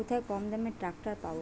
কোথায় কমদামে ট্রাকটার পাব?